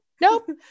Nope